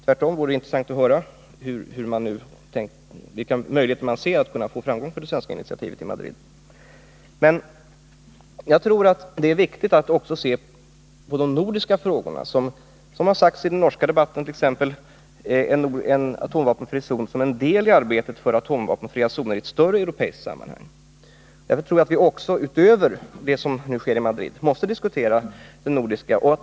Tvärtom vore det intressant att höra vilka möjligheter man ser att nå framgång med det svenska initiativet i Madrid. Men jag tror att det är viktigt att också se på de nordiska frågorna, t.ex., som det sagts i den norska debatten, en atomvapenfri zon i Norden som en del i arbetet för atomvapenfria zoner i ett större europeiskt sammanhang. Jag tror att vi utöver vad som sker i Madrid också måste diskutera det nordiska.